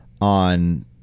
on